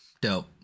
dope